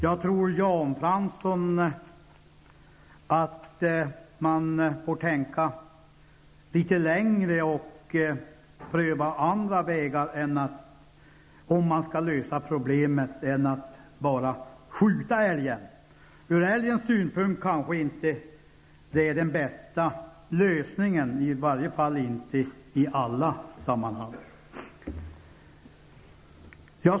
Jag tror, Jan Fransson, att man får tänka litet längre och pröva andra vägar för att lösa problemen än att bara skjuta älgen. Från älgens synpunkt är det kanske inte den bästa lösningen, i varje fall inte i alla sammanhang.